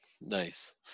Nice